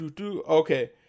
okay